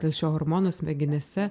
dėl šio hormono smegenyse